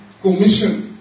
commission